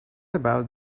about